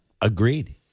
Agreed